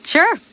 Sure